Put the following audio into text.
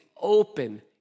open